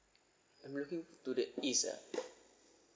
I'm looking to the east ah